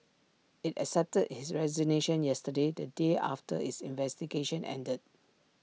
IT accepted his resignation yesterday the day after its investigation ended